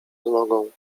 nogą